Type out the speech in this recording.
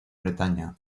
bretaña